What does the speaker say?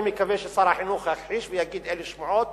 אני מקווה ששר החינוך יכחיש ויגיד שאלה שמועות